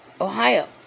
Ohio